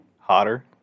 Hotter